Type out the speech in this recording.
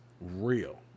real